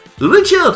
Richard